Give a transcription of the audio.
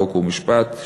חוק ומשפט,